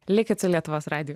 likit su lietuvos radiju